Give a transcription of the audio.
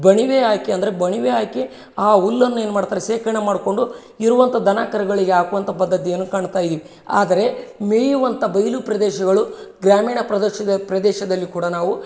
ಬಣವೆ ಹಾಕಿ ಅಂದರೆ ಬಣವೆ ಹಾಕಿ ಆ ಹುಲ್ಲನ್ನು ಏನು ಮಾಡ್ತಾರೆ ಶೇಕರ್ಣೆ ಮಾಡಿಕೊಂಡು ಇರುವಂಥ ದನ ಕರುಗಳಿಗೆ ಹಾಕುವಂಥ ಪದ್ದತಿಯನ್ನು ಕಾಣ್ತಾ ಇದ್ದೀವಿ ಆದರೆ ಮೇಯುವಂಥ ಬಯಲು ಪ್ರದೇಶಗಳು ಗ್ರಾಮೀಣ ಪ್ರದೇಶ ಪ್ರದೇಶದಲ್ಲೂ ಕೂಡ ನಾವು